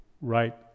right